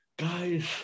Guys